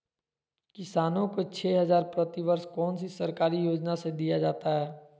किसानों को छे हज़ार प्रति वर्ष कौन सी सरकारी योजना से दिया जाता है?